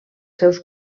seus